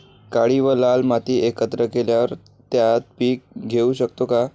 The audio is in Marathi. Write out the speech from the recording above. काळी व लाल माती एकत्र केल्यावर त्यात पीक घेऊ शकतो का?